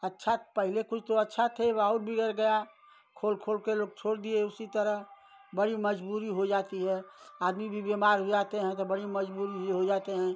अच्छा पहले कुछ तो अच्छा था अब और बिगड़ गया खोल खोलकर लोग छोड़ दिए उसी तरह बड़ी मज़बूरी हो जाती है आदमी भी बीमार हो जाते हैं तो बड़ी मज़बूरी यह हो जाती है